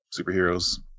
superheroes